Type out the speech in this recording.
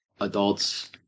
adults